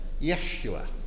Yeshua